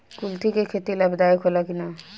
कुलथी के खेती लाभदायक होला कि न?